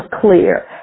clear